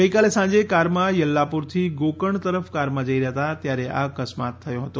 ગઈકાલે સાંજે કારમાં યલ્લાપુરથી ગોકર્ણ તરફ કારમાં જઈ રહ્યા ત્યારે આ અકસ્માત થયો હતો